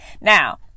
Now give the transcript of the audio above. Now